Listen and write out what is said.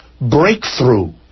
breakthrough